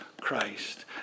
Christ